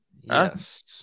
yes